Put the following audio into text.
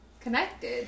connected